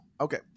Okay